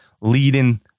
leading